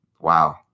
wow